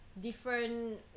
Different